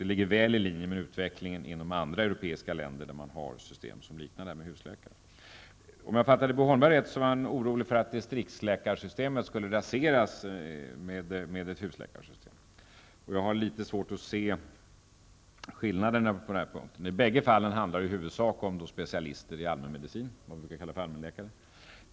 Det ligger väl i linje med utvecklingen inom andra europeiska länder, där man har system som liknar det här med husläkare. Om jag förstod Bo Holmberg rätt var han orolig för att distriktsläkarsystemet skulle raseras med ett husläkarsystem. Jag har litet svårt att se skillnaderna på den punkten. I bägge fallen handlar det i huvudsak om specialister i allmänmedicin -- man brukar kalla dem för allmänläkare.